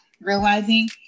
realizing